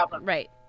Right